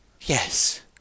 Yes